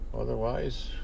otherwise